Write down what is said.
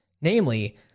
Namely